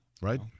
right